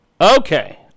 Okay